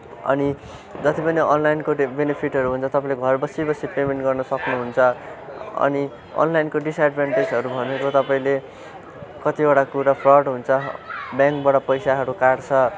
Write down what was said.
अनि जति पनि अनलाइनको डे बेनिफिटहरू हुन्छ तपाईँले घर बसी बसी पेमेन्ट गर्न सक्नुहुन्छ अनि अनलाइनको डिसएडभान्टेजहरू भनेको तपाईँले कतिवटा कुरा फ्रड हुन्छ ब्याङ्कबाट पैसाहरू काट्छ